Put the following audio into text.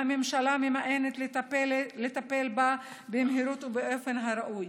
והממשלה ממאנת לטפל בה במהירות ובאופן הראוי.